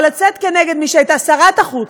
אבל לצאת נגד מי שהייתה שרת החוץ,